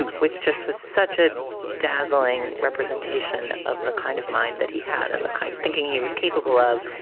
and which just was such a dazzling representation of the kind of mind that he had and the kind of thinking he was capable of.